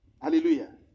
Hallelujah